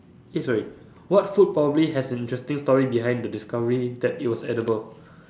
eh sorry what food probably has an interesting story behind the discovery that it was edible